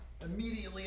Immediately